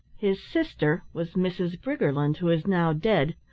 his sister was mrs. briggerland, who is now dead.